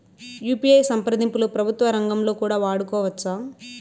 UPI సంప్రదింపులు ప్రభుత్వ రంగంలో కూడా వాడుకోవచ్చా?